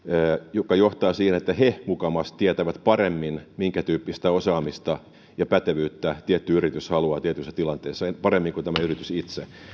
mikä johtaa siihen että he mukamas tietävät paremmin minkä tyyppistä osaamista ja pätevyyttä tietty yritys haluaa tietyissä tilanteissa paremmin kuin yritys itse